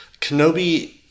kenobi